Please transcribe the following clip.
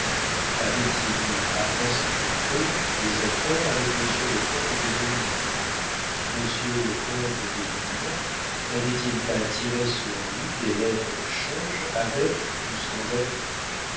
avait-il eu avant cet effet des affaires avec monsieur le comte d'esgrignon monsieur le comte d'esgrignon n'avait-il pas tiré sur lui des lettres de change avec ou sans avis